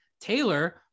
Taylor